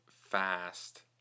fast